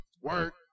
Work